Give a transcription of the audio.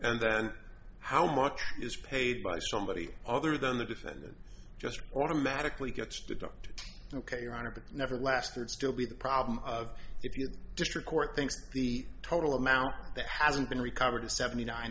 and then how much is paid by somebody other than the defendant just automatically gets deducted ok your honor that never lasted still be the problem of if your district court thinks the total amount that hasn't been recovered to seventy nine